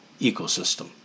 ecosystem